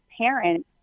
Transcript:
parents